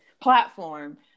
platform